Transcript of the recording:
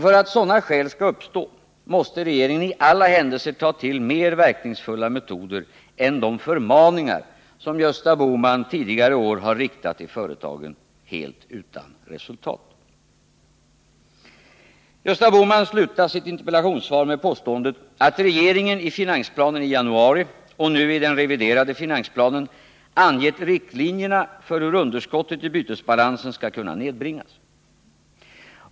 För att sådana skäl skall uppstå måste regeringen i alla händelser ta till mer verkningsfulla metoder än de förmaningar som Gösta Bohman tidigare år har riktat till företagen, helt utan resultat. Gösta Bohman slutar sitt interpellationssvar med påståendet att regeringen i finansplanen i januari och nu i den reviderade finansplanen har angivit riktlinjerna för hur underskottet i bytesbalansen skall kunna nedbringas.